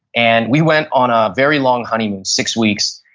and we went on a very long honeymoon, six weeks.